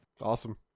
Awesome